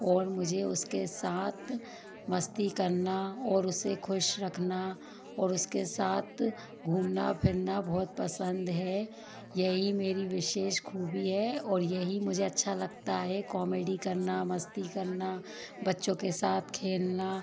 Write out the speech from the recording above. और मुझे उसके साथ मस्ती करना और उसे ख़ुश रखना और उसके साथ घूमना फिरना बहुत पसंद है यही मेरी विशेष ख़ूबी है और यही मुझे अच्छा लगता है कोमेडी करना मस्ती करना बच्चों के साथ खेलना